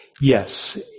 Yes